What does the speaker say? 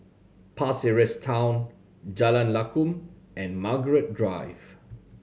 Pasir Ris Town Jalan Lakum and Margaret Drive